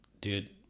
Dude